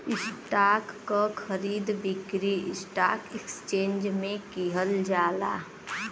stock क खरीद बिक्री स्टॉक एक्सचेंज में किहल जाला